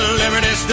liberty